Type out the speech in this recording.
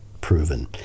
proven